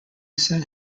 sent